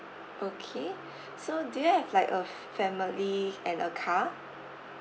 okay so do you have like a f~ family and a car